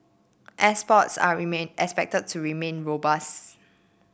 exports are remain expected to remain robust